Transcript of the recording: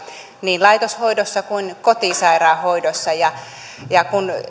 niin laitoshoidossa kuin kotisairaanhoidossa kun